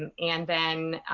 um and then,